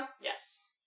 yes